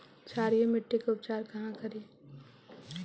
क्षारीय मिट्टी के उपचार कहा करी?